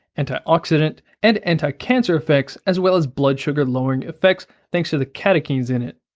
antioxidant and anti-cancer effects as well as blood sugar lowering effects thanks to the catechins in it.